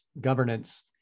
governance